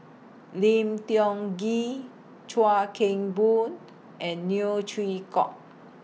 Lim Tiong Ghee Chuan Keng Boon and Neo Chwee Kok